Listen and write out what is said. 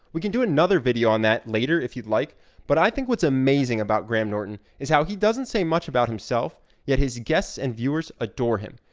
we can do another video on that later if you'd like but i think what's amazing about graham norton is how he doesn't say much about himself yet his guests and viewers adore him.